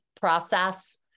process